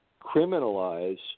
criminalize